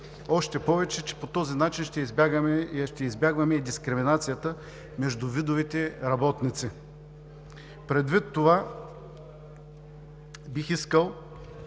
още повече че по този начин ще избягваме и дискриминацията между видовете работници. Предвид това, бих искал